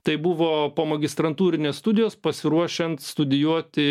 tai buvo po magistrantūrinės studijos pasiruošiant studijuoti